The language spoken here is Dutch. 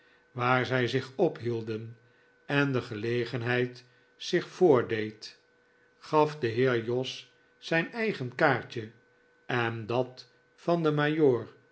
waar zij zich ophielden en de gelegenheid zich voordeed gaf de heer jos zijn eigen kaartje en dat van den